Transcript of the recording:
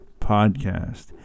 podcast